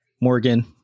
morgan